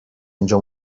اینجا